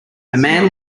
man